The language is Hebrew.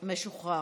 משוחרר.